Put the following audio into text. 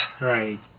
Right